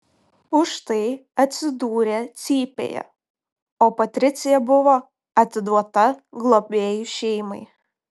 už tai atsidūrė cypėje o patricija buvo atiduota globėjų šeimai